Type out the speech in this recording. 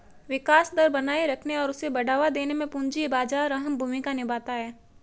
विकास दर बनाये रखने और उसे बढ़ावा देने में पूंजी बाजार अहम भूमिका निभाता है